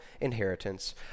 inheritance